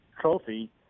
Trophy